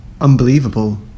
unbelievable